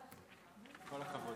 כבוד